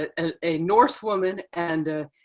and a norse woman, and a